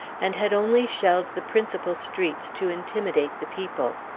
and had only shelled the principal streets to intimidate the people.